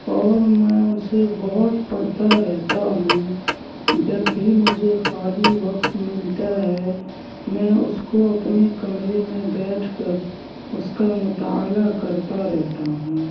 اور میں اسے بہت پڑھتا رہتا ہوں جب بھی مجھے خالی وقت ملتا ہے میں اس کو اپنے کمرہ میں بیٹھ کر اس کا مطالعہ کرتا رہتا ہوں